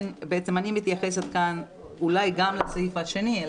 אני מתייחסת כאן אולי גם לסעיף השני,